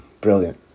Brilliant